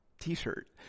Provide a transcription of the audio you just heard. t-shirt